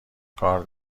کار